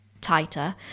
tighter